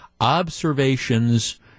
observations